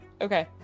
Okay